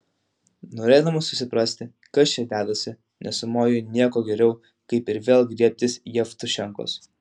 norėdamas susiprasti kas čia dedasi nesumoju nieko geriau kaip ir vėl griebtis jevtušenkos